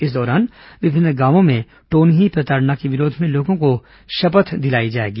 इस दौरान विभिन्न गांवों में टोनही प्रताड़ना के विरोध में लोगों को शपथ दिलाई जाएगी